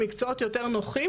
מקצועות נוחים,